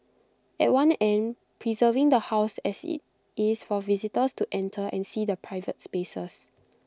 at one end preserving the house as IT is for visitors to enter and see the private spaces